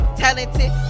talented